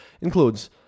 includes